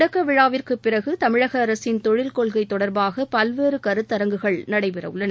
தொடக்க விழாவிற்கு பிறகு தமிழக அரசின் தொழில் கொள்கை தொடர்பாக பல்வேறு கருத்தரங்குகள் நடைபெறவுள்ளன